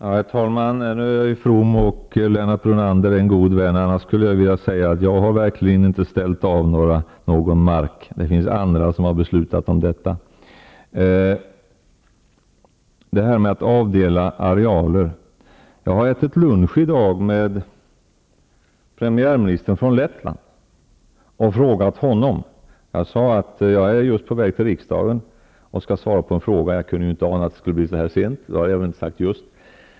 Herr talman! Jag är from och Lennart Brunander är en god vän. Men jag har verkligen inte ställt av någon mark. Det finns andra som har beslutat om det. Så har vi frågan om att avdela arealer. Jag har i dag ätit lunch med premiär ministern från Lettland. Jag berättade att jag just var på väg till riksdagen för att svara på frågor. Jag kunde inte ana att det skulle bli så här sent. Jag frågade hur läget var.